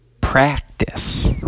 practice